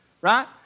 right